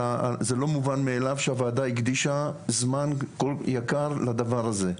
זה לא מובן מאליו שהוועדה הקדישה זמן יקר לדבר הזה,